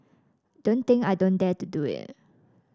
don't think I don't dare to do it